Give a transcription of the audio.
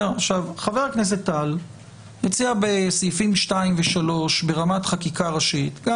חבר הכנסת טל הציע בסעיפים 2 ו-3 ברמת חקיקה ראשית גם